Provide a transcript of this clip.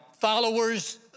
followers